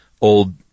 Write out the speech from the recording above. old